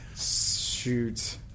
shoot